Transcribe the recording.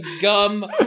gum